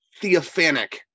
theophanic